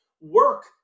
work